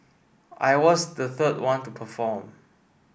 I was the third one to perform